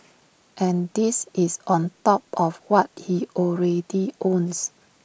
and this is on top of what he already owns